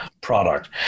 product